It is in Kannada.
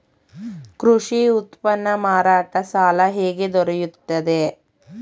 ಕೃಷಿ ಉತ್ಪನ್ನ ಮಾರಾಟ ಸಾಲ ಹೇಗೆ ದೊರೆಯುತ್ತದೆ?